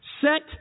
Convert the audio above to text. set